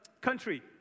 country